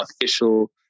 official